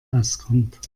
auskommt